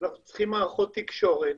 אנחנו צריכים מערכות תקשורת,